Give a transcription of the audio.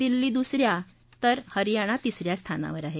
दिल्ली दुस या तर हरीयाणा तिस या स्थानावर आहे